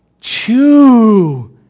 Chew